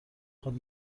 خواد